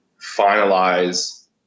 finalize